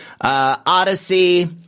Odyssey